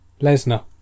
Lesnar